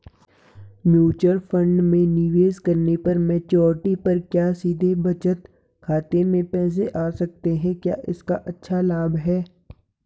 Mutual fund में निवेश करने पर मैच्योरिटी पर क्या सीधे बचत खाते में पैसे आ सकते हैं क्या इसका अच्छा लाभ है?